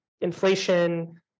inflation